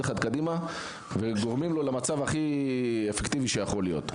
אחד קדימה וגורמים לו למצב הכי אפקטיבי שיכול להיות.